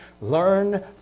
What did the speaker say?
Learn